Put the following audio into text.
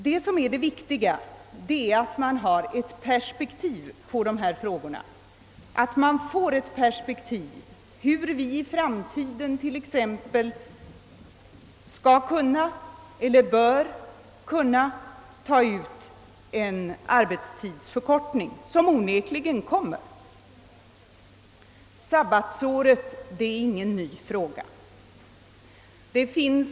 Det viktiga är att man skaffar sig ett per spektiv på dessa problem, t.ex. på frågan hur vi i framtiden skall ta ut den arbetstidsförkortning som utan tvivel kommer att genomföras. Tanken på sabbatsår är inte ny.